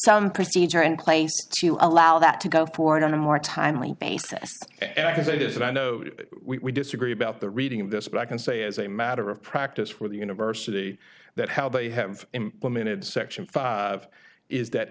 some procedure in place to allow that to go forward on a more timely basis because it is and i know we disagree about the reading of this but i can say as a matter of practice for the university that how they have implemented section five is that